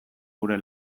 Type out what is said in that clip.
gure